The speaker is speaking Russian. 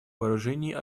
вооружений